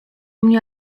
mnie